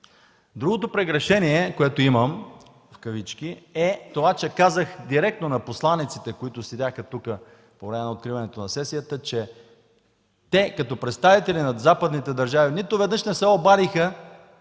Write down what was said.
Другото „прегрешение”, което имам, е, че казах директно на посланиците, които седяха тук по време на откриването на Сесията, че те като представители на западните държави нито веднъж не се обадиха